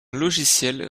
logiciel